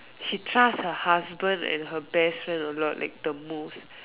she trust her husband and her best friend a lot like the most